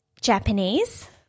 Japanese